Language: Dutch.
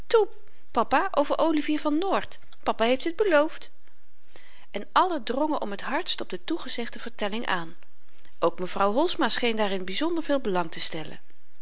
papa over olivier van noort papa heeft het beloofd en allen drongen om t hardst op de toegezegde vertelling aan ook mevrouw holsma scheen daarin byzonder veel belang te stellen